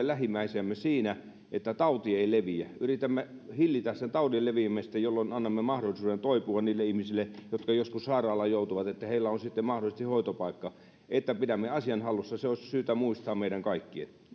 lähimmäisiämme siinä että tauti ei leviä yritämme hillitä sen taudin leviämistä jolloin annamme mahdollisuuden toipua niille ihmisille jotka joskus sairaalaan joutuvat että heillä on sitten mahdollisesti hoitopaikka että pidämme asian hallussa se olisi syytä muistaa meidän kaikkien